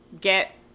get